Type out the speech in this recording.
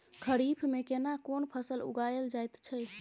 खरीफ में केना कोन फसल उगायल जायत छै?